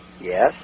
Yes